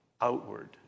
outward